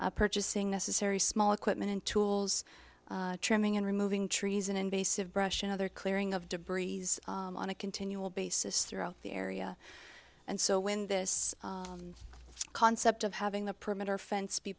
purchasing necessary small equipment and tools trimming and removing trees an invasive brush and other clearing of debris on a continual basis throughout the area and so when this concept of having the perimeter fence be